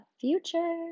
future